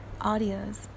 audios